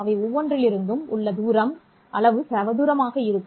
அவை ஒவ்வொன்றிலிருந்தும் உள்ள தூரம் அளவு சதுரமாக இருக்கும்